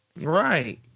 Right